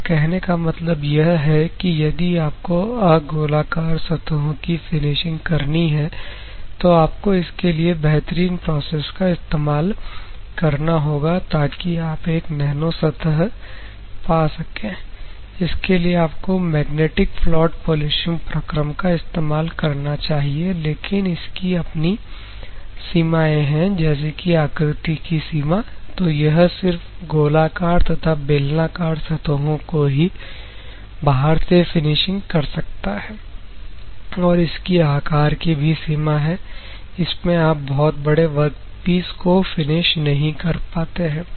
मेरे कहने का मतलब यह है कि यदि आपको आगोलाकार सतहों की फिनिशिंग करनी है तो आपको इसके लिए बेहतरीन प्रोसेस का इस्तेमाल करना होगा ताकि आप एक नैनो सतह पा सके इसके लिए आपको मैग्नेटिक फ्लोट पॉलिशिंग प्रक्रम का इस्तेमाल करना चाहिए लेकिन इसकी अपनी सीमाएं हैं जैसे की आकृति की सीमा तो यह सिर्फ गोलाकार तथा बेलनाकार सतहों को ही बाहर से फिनिशिंग कर सकता है और इसकी आकार की भी सीमा है इसमें आप बहुत बड़े वर्कपीस को फिनिश नहीं कर पाते हैं